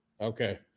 okay